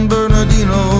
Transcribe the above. Bernardino